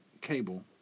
cable